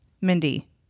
Mindy